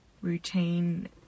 routine